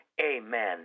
Amen